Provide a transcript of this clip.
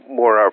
more